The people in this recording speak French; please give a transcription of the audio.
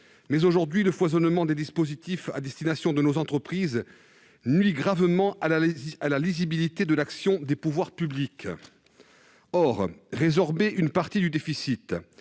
et s'intensifie, le foisonnement des dispositifs à destination de nos entreprises nuit gravement à la lisibilité de l'action des pouvoirs publics. Or, résorber une partie du déficit,